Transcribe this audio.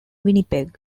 winnipeg